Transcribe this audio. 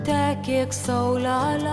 tekėk saulele